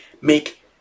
make